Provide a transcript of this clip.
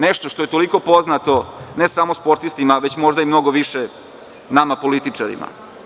Nešto što je toliko poznate, ne samo sportistima već možda i mnogo više nama političarima.